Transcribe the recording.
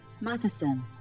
Matheson